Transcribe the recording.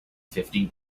fifty